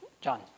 John